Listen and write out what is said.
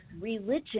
religion